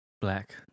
Black